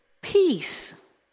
peace